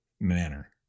manner